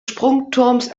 sprungturms